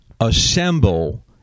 assemble